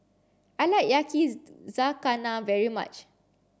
I like Yakizakana very much